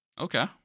Okay